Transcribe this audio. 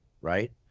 right